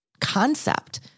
concept